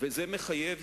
וזה מחייב